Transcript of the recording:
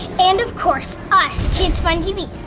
and of course us, kids fun tv.